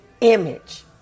image